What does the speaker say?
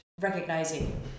recognizing